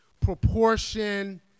proportion